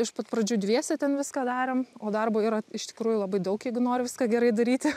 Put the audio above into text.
iš pat pradžių dviese ten viską darėm o darbo yra iš tikrųjų labai daug jeigu nori viską gerai daryti